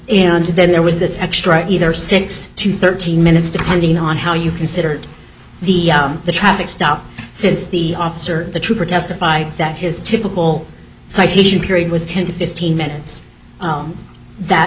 to then there was this extra either six to thirteen minutes depending on how you considered the traffic stop since the officer the trooper testified that his typical citation period was ten to fifteen minutes that